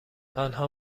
آنها